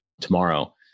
tomorrow